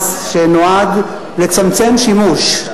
זה מס שיועד לצמצם שימוש.